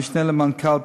המשנה למנכ"ל,